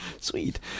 Sweet